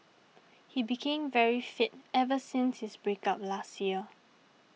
he became very fit ever since his break up last year